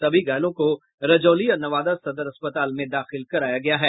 सभी घायलों को रजौली और नवादा सदर अस्पताल में दाखिल कराया गया है